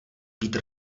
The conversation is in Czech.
vítr